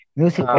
music